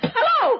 Hello